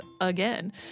again